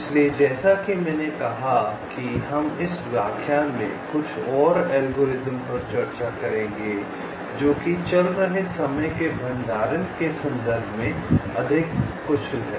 इसलिए जैसा कि मैंने कहा कि हम इस व्याख्यान में कुछ और एल्गोरिदम पर चर्चा करेंगे जो कि चल रहे समय के भंडारण के संदर्भ में अधिक कुशल हैं